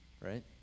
Right